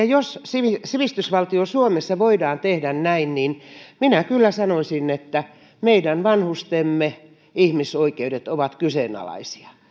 jos sivistysvaltio suomessa voidaan tehdä näin niin minä kyllä sanoisin että meidän vanhustemme ihmisoikeudet ovat kyseenalaisia